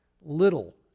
little